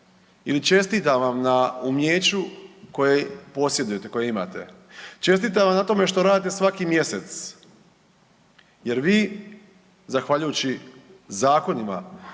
ili čestitam vam na umijeću koje posjedujete koje imate, čestitam vam na tome što radite svaki mjesec jer vi zahvaljujući zakonima